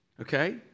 Okay